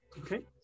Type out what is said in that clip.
Okay